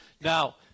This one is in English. Now